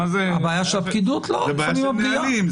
זה בעיה של מנהלים,